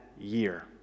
year